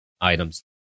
items